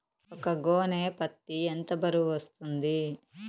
ఒక గోనె పత్తి ఎంత బరువు వస్తుంది?